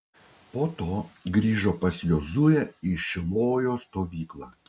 po to grįžo pas jozuę į šilojo stovyklą